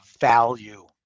value